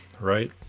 right